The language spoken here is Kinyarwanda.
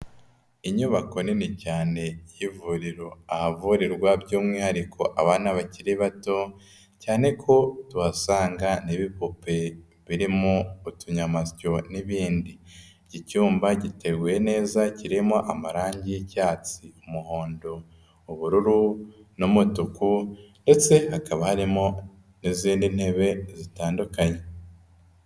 Inyubako nini cyane y'ivuriro, ahavurirwa by'umwihariko abana bakiri bato, cyane ko tuhasanga n'ibipupe birimo utunyamasyo n'ibindi, iki cyumba giteguwe neza kirimo amarangi y'icyatsi, umuhondo, ubururu n'umutuku ndetse hakaba harimo n'izindi ntebe zitandukanye.